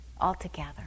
altogether